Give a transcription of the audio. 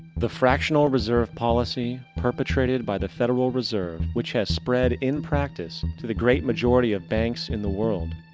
the fractional reserve policy, perpetrated by the federal reserve which has spread in practice and to the great majority of banks in the world,